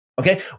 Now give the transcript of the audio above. Okay